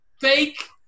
fake